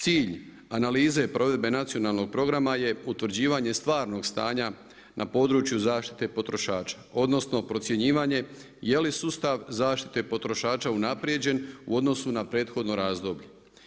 Cilj analize provedbe nacionalnog programa je utvrđivanje stvarnog stanja na području zaštite potrošača odnosno procjenjivanje jeli sustav zaštite potrošača unaprijeđen u odnosu na prethodno razdoblje.